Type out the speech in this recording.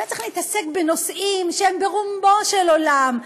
הוא היה צריך להתעסק בנושאים שהם ברומו של עולם.